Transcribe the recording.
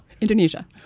Indonesia